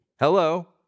Hello